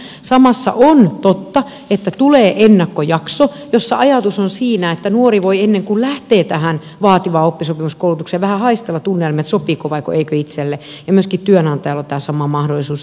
mutta samassa on totta että tulee ennakkojakso jossa ajatus on siinä että nuori voi ennen kuin lähtee tähän vaativaan oppisopimuskoulutukseen vähän haistella tunnelmia sopiiko vai eikö itselle ja myöskin työnantajalla on tämä sama mahdollisuus